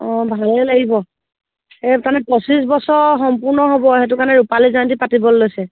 অঁ ভালেই লাগিব এই তাৰমানে পঁচিছ বছৰ সম্পূৰ্ণ হ'ব সেইটো কাৰণে ৰূপালী জয়ন্তী পাতিবলৈ লৈছে